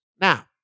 Now